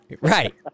right